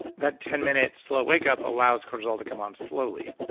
that ten minute slow wake up allows cortisol to come on slowly.